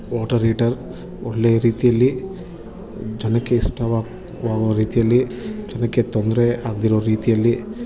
water heater ಒಳ್ಳೆ ರೀತಿಯಲ್ಲಿ ಜನಕ್ಕೆ ಇಷ್ಟವಾಗ ವಾಗುವ ರೀತಿಯಲ್ಲಿ ಜನಕ್ಕೆ ತೊಂದರೆ ಆಗದಿರೋ ರೀತಿಯಲ್ಲಿ